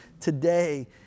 Today